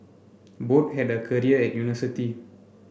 both had a career at university